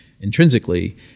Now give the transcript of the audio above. intrinsically